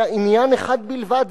אלא עניין אחד בלבד,